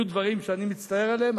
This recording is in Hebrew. היו דברים שאני מצטער עליהם?